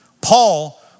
Paul